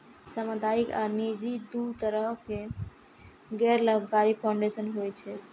सामुदायिक आ निजी, दू तरहक गैर लाभकारी फाउंडेशन होइ छै